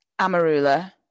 amarula